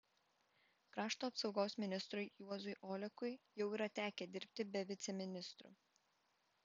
krašto apsaugos ministrui juozui olekui jau yra tekę dirbti be viceministrų